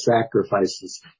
sacrifices